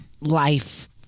life